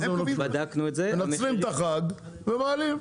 מנצלים את החג ומעלים.